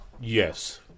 Yes